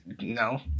no